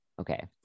Okay